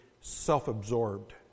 self-absorbed